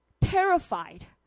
terrified